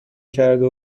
کرده